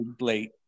late